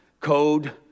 code